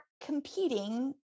competing